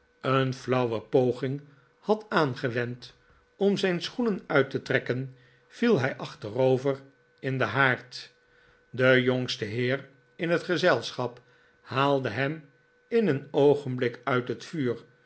een flauwe poging had aangewend om zijn schoenen uit te trekken viel hij achterover in den haard de jongste heer in het gezelschap haalde hem in een oogenblik uit het vuur